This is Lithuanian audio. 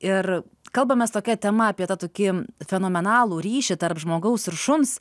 ir kalbamės tokia tema apie tą tokį fenomenalų ryšį tarp žmogaus ir šuns